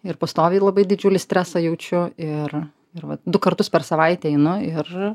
ir pastoviai labai didžiulį stresą jaučiu ir ir va du kartus per savaitę einu ir